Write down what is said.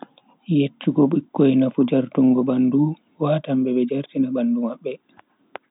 Yecchugo bikkoi nafu jartungo, watan be be jartina bandu mabbe.